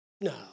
No